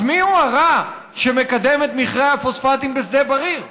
אז מיהו הרע שמקדם את מכרה הפוספטים בשדה בריר?